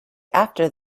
after